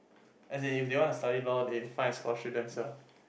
as in if they want to study law they find a scholarship themselves